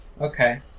Okay